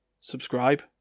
subscribe